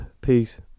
Peace